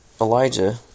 Elijah